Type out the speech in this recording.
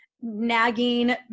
nagging